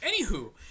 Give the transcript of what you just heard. Anywho